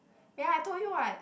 ya I told you [what]